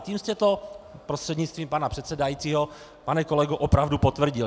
Tím jste to, prostřednictvím pana předsedajícího pane kolego, opravdu potvrdil.